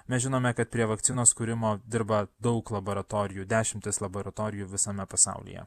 mes žinome kad prie vakcinos kūrimo dirba daug laboratorijų dešimtys laboratorijų visame pasaulyje